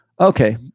Okay